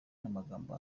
n’amagambo